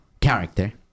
character